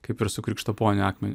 kaip ir su krikštaponio akmeniu